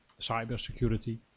cybersecurity